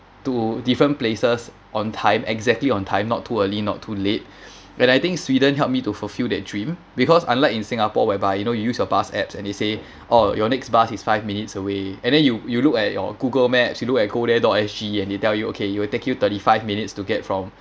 to different places on time exactly on time not too early not too late and I think sweden helped me to fulfil that dream because unlike in singapore whereby you know you use your bus apps and it say orh your next bus is five minutes away and then you you look at your google maps you look at go there dot S_G and they tell you okay it will take you thirty five minutes to get from